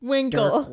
Winkle